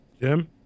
Jim